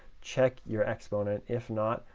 check your exponent. if not,